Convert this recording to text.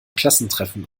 klassentreffen